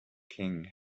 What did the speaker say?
king